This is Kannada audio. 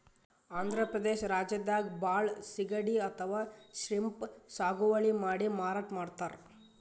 ಆಂಧ್ರ ಪ್ರದೇಶ್ ರಾಜ್ಯದಾಗ್ ಭಾಳ್ ಸಿಗಡಿ ಅಥವಾ ಶ್ರೀಮ್ಪ್ ಸಾಗುವಳಿ ಮಾಡಿ ಮಾರಾಟ್ ಮಾಡ್ತರ್